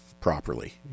properly